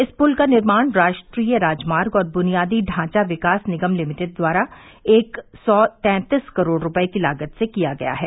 इस पुल का निर्माण राष्ट्रीय राजमार्ग और बुनियादी ढांचा विकास निगम लिमिटेड द्वारा एक सौ तैंतीस करोड़ रुपये की लागत से किया गया है